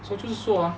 so 就是说